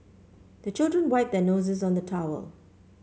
the children wipe their noses on the towel